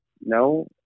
No